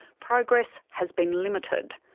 progress has been limited.